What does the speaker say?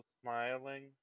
smiling